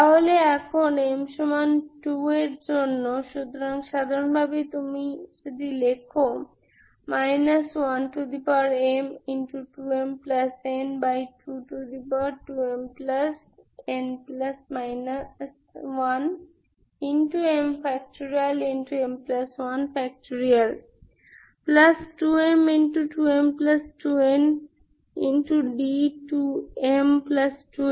তাহলে এখন m2 এর জন্য সুতরাং সাধারণভাবে যদি তুমি লেখ 1m2mn22mn 1m